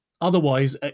Otherwise